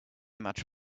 much